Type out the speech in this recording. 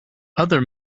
other